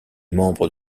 membre